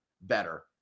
better